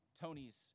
Tony's